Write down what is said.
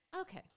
Okay